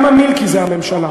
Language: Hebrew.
גם המילקי זה הממשלה.